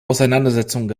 auseinandersetzungen